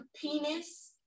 penis